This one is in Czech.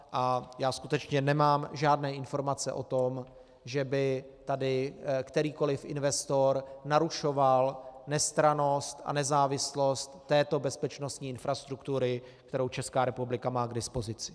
A já skutečně nemám žádné informace o tom, že by tady kterýkoliv investor narušoval nestrannost a nezávislost této bezpečnostní infrastruktury, kterou Česká republika má k dispozici.